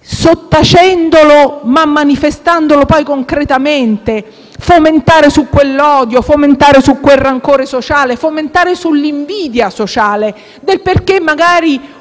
sottacendolo, ma manifestandolo poi concretamente: fomentare quell'odio, quel rancore sociale e quell'invidia solo magari perché una